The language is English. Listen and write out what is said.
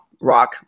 rock